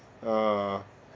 uh